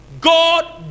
God